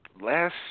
Last